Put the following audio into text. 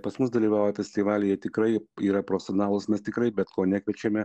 pas mus dalyvauja festivaly jie tikrai yra profesionalūs mes tikrai bet ko nekviečiame